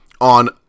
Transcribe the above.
on